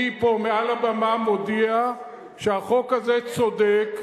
אני פה מעל הבמה מודיע שהחוק הזה צודק,